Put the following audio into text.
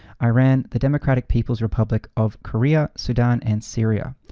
iran, the democratic people's republic of korea, sudan, and syria.